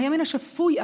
מהימין השפוי,